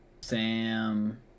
Sam